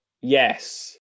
Yes